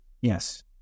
Yes